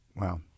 Wow